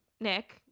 nick